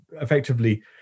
effectively